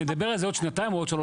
ונדבר על זה עוד שנתיים או שלוש".